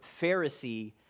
Pharisee